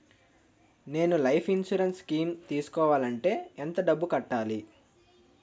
నేను life insurance scheme తీసుకోవాలంటే ఎంత డబ్బు కట్టాలి?